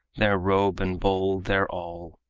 their robe and bowl their all,